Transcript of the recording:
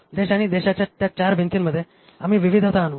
देश आणि देशाच्या त्या चार भिंतींमध्ये आम्ही विविधता आणू